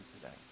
today